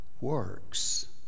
works